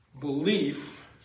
Belief